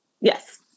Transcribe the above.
Yes